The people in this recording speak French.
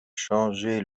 changer